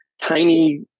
tiny